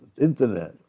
internet